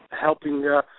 helping